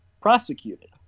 prosecuted